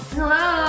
Hello